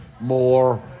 more